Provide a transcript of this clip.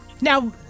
Now